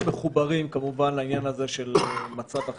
מחוברים כמובן לעניין הזה של מצב החירום.